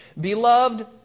Beloved